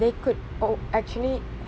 they could o~ actually